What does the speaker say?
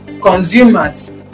consumers